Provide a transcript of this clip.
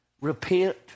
repent